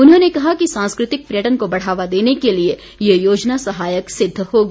उन्होंने कहा कि सांस्कृतिक पर्यटन को बढ़ावा देने के लिए ये योजना सहायक सिद्ध होगी